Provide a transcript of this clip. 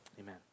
amen